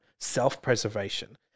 self-preservation